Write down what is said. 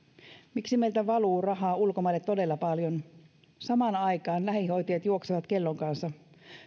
miksi meiltä valuu rahaa ulkomaille todella paljon ja samaan aikaan lähihoitajat juoksevat kellon kanssa